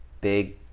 big